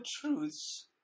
truths